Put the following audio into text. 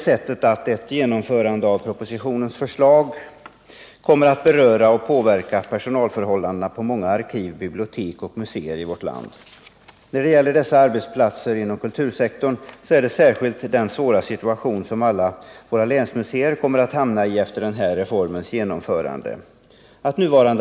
skulle upphöra och ersättas av en ny stödform, kallad anställning med lönebidrag — skulle alla våra länsmuseer hamna i en svår situation.